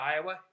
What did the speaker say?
Iowa